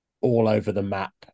all-over-the-map